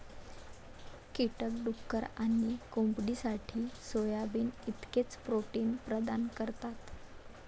कीटक डुक्कर आणि कोंबडीसाठी सोयाबीन इतकेच प्रोटीन प्रदान करतात